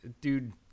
Dude